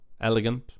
elegant